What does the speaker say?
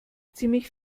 ziemlich